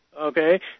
Okay